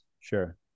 Sure